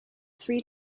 three